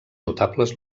notables